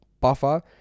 buffer